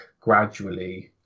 gradually